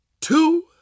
two